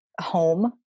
home